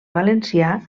valencià